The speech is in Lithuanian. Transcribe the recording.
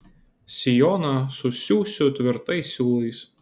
sijoną susiųsiu tvirtais siūlais